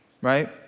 right